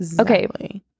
okay